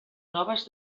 noves